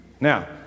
Now